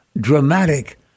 dramatic